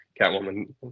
Catwoman